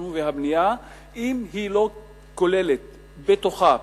התכנון והבנייה אם היא לא כוללת בתוכה,